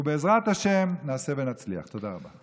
ובעזרת השם נעשה ונצליח, תודה רבה.